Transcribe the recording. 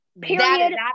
Period